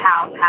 house